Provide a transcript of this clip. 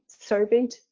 Surveyed